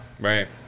right